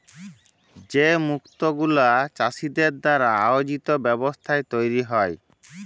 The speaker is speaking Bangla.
যে মুক্ত গুলা চাষীদের দ্বারা আয়জিত ব্যবস্থায় তৈরী হ্যয়